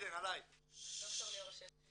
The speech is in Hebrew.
ד"ר ליאורה שכטר.